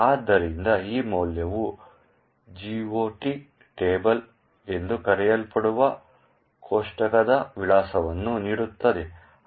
ಆದ್ದರಿಂದ ಈ ಮೌಲ್ಯವು GOT ಟೇಬಲ್ ಎಂದು ಕರೆಯಲ್ಪಡುವ ಕೋಷ್ಟಕದ ವಿಳಾಸವನ್ನು ನೀಡುತ್ತದೆ